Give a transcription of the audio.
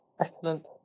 Excellent